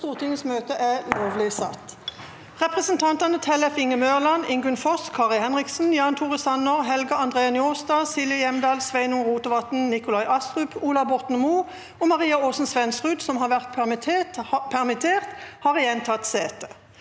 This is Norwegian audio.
Presidenten Representantene Tellef Inge Mørland, Ingunn Foss, Kari Henriksen, Jan Tore Sanner, Helge André Njåstad, Silje Hjemdal, Sveinung Rotevatn, Nikolai Astrup, Ola Borten Moe og Maria Aasen-Svens- rud, som har vært permitterte, har igjen tatt sete.